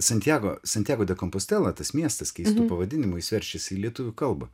santjago santjago de kampostela tas miestas keistu pavadinimu jis verčiasi į lietuvių kalbą